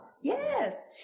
Yes